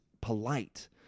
polite